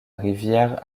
rivière